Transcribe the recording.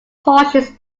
portions